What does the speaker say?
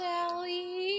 Sally